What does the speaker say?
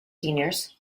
seniors